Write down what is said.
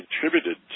contributed